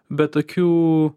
bet tokių